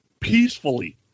peacefully